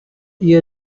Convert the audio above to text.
year